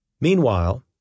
Meanwhile